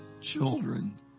children